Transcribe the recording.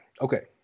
Okay